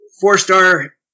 four-star